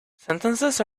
sentences